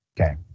okay